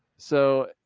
so,